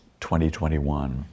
2021